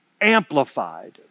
amplified